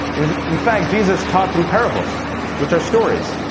in fact, jesus taught through parables which are stories.